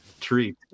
treat